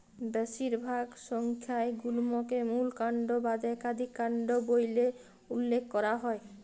বেশিরভাগ সংখ্যায় গুল্মকে মূল কাল্ড বাদে ইকাধিক কাল্ড ব্যইলে উল্লেখ ক্যরা হ্যয়